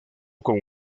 con